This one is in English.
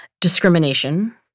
discrimination